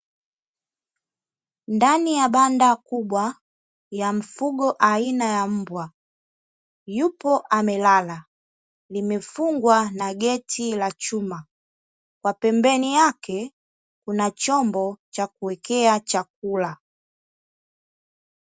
Ndani ya banda kubwa ya mifugo aina ya mbwa yupo amelala, limefungwa na geti la chuma. Kwa pembeni yake kuna chomk cha kuwekea chakula.